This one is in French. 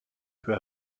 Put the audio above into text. peu